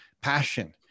passion